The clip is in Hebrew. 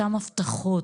אותן הבטחות,